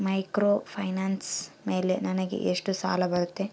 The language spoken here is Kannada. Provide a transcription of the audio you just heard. ಮೈಕ್ರೋಫೈನಾನ್ಸ್ ಮೇಲೆ ನನಗೆ ಎಷ್ಟು ಸಾಲ ಬರುತ್ತೆ?